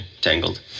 tangled